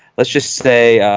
let's just say